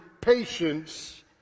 patience